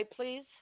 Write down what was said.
please